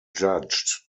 judged